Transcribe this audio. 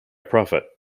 profit